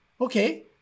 okay